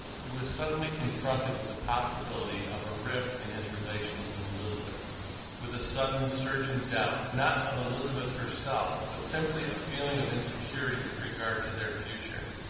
he was suddenly confronted with the possibility of a rift in his relations with elizabeth with a sudden surging doubt, not of elizabeth herself but simply a feeling of insecurity with regard to their future.